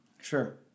Sure